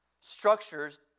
Structures